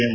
M